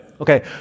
Okay